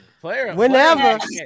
Whenever